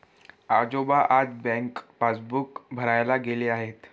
आजोबा आज बँकेत पासबुक भरायला गेले आहेत